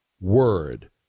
word